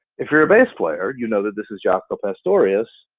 if you're a bass player, you know that this is jaco pastorius,